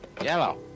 yellow